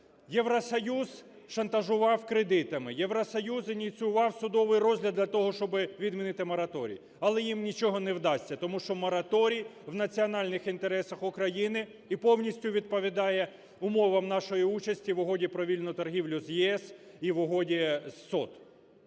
Євросоюз шантажував кредитами, Євросоюз ініціював судовий розгляд для того, щоб відмінити мораторій. Але їм нічого не вдасться, тому що мораторій – в національних інтересах України і повністю відповідає умовам нашої участі в Угоді про вільну торгівлю з ЄС і в Угоді з СОТ.